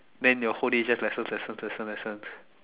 then your whole day is just lesson lesson lesson lessons